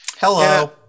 Hello